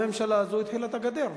שהממשלה הזאת התחילה בבניית הגדר.